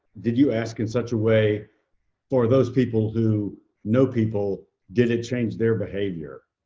did you ask in such a way for those people who know people, did it change their behavior?